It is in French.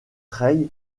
trail